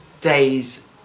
day's